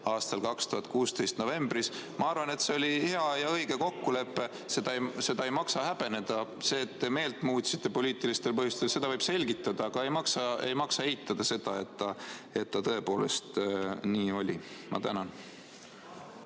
aasta novembris. Ma arvan, et see oli hea ja õige kokkulepe. Seda ei maksa häbeneda. Seda, et te poliitilistel põhjustel meelt muutsite, võib selgitada, aga ei maksa eitada seda, et see tõepoolest nii oli. Ma tänan!